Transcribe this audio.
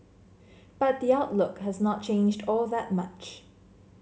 but the outlook has not changed all that much